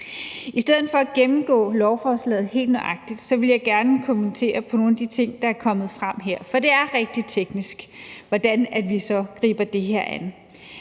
I stedet for at gennemgå lovforslaget helt nøjagtigt vil jeg gerne kommentere på nogle af de ting, der er kommet frem her, for det er rigtig teknisk, hvordan vi så griber det her an.